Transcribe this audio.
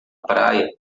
praia